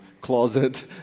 closet